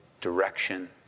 direction